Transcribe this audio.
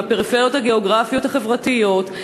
מהפריפריות הגיאוגרפיות והחברתיות,